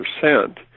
percent